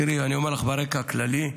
תראי, אני אומר לך ברקע כללי,